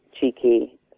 cheeky